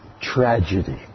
tragedy